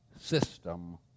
system